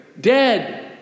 dead